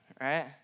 right